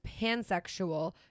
pansexual